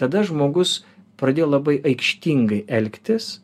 tada žmogus pradėjo labai aikštingai elgtis